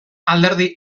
alderdi